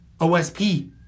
OSP